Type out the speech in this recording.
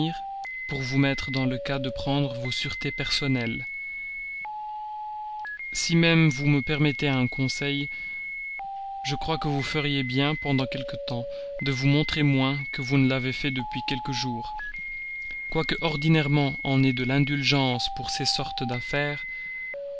pour vous mettre dans le cas de prendre vos sûretés personnelles si même vous me permettez un conseil je crois que vous feriez bien pendant quelque temps de vous montrer moins que vous ne l'avez fait depuis quelques jours quoique ordinairement on ait de l'indulgence pour ces sortes d'affaires